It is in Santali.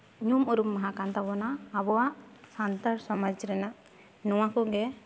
ᱧᱩᱢ ᱩᱨᱩᱢ ᱢᱟᱦᱟ ᱠᱟᱱ ᱛᱟᱵᱚᱱᱟ ᱟᱵᱚᱣᱟᱜ ᱥᱟᱱᱛᱟᱲ ᱥᱚᱢᱟᱡᱽ ᱨᱮᱱᱟᱜ ᱱᱚᱣᱟ ᱠᱚᱜᱮ